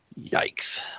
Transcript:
Yikes